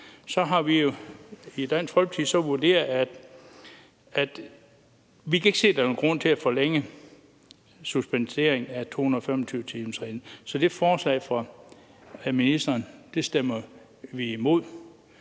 har vi i Dansk Folkeparti vurderet, at vi ikke kan se, at der er nogen grund til at forlænge suspensionen af 225-timersreglen, så det ændringsforslag fra ministeren stemmer vi imod.